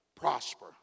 prosper